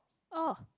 oh